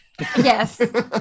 Yes